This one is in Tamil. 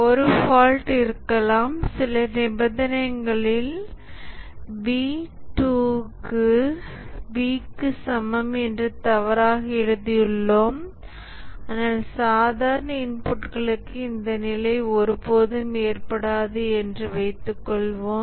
ஒரு ஃபால்ட் இருக்கலாம் சில நிபந்தனைகளில் b 2 க்கு b க்கு சமம் என்று தவறாக எழுதியுள்ளோம் ஆனால் சாதாரண இன்புட்களுக்கு இந்த நிலை ஒருபோதும் ஏற்படாது என்று வைத்துக் கொள்வோம்